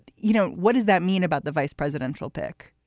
you know what does that mean about the vice presidential pick?